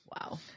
wow